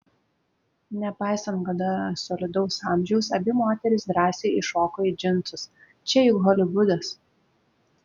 nepaisant gana solidaus amžiaus abi moterys drąsiai įšoko į džinsus čia juk holivudas